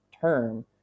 term